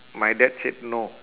my dad said no